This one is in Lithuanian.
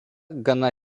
gana